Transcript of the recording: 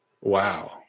Wow